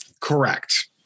Correct